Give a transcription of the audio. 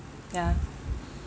ya